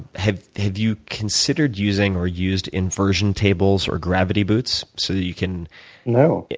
have have you considered using or used inversion tables or gravity boots so that you can no.